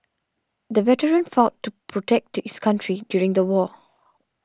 the veteran fought to protect his country during the war